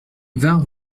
vingt